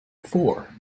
four